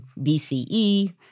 BCE